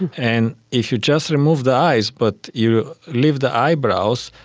and if you just remove the eyes but you leave the eyebrows,